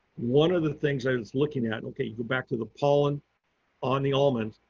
one of the things i was looking at, okay, you go back to the pollen on the almonds,